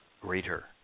greater